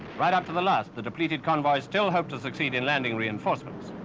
right after the last, the depleted convoys still hoped to succeed in landing reinforcements.